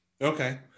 Okay